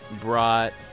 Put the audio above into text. brought